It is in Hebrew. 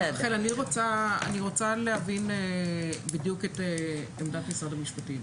רחל, אני רוצה להבין בדיוק את עמדת משרד המשפטים.